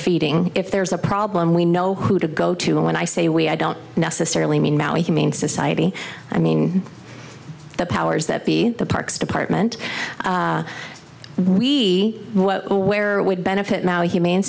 feeding if there's a problem we know who to go to when i say we i don't necessarily mean now a humane society i mean the powers that be the parks department we where would benefit now a humane